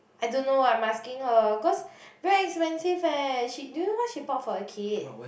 I don't know I'm asking her cause very expensive eh she do you know what she bought for her kid